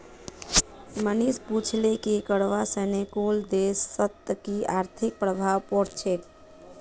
मनीष पूछले कि करवा सने कुन देशत कि आर्थिक प्रभाव पोर छेक